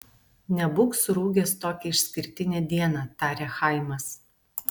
nebūk surūgęs tokią išskirtinę dieną tarė chaimas